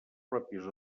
pròpies